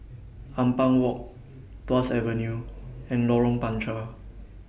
Ampang Walk Tuas Avenue and Lorong Panchar